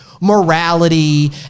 morality